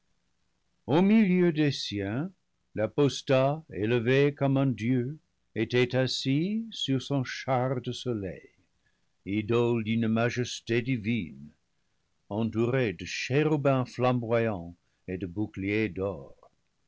au milieu des siens l'apostat élevé comme un dieu était assis sur son char de soleil idole d'une majesté divine entouré de chérubins flamboyants et de boucliers d'or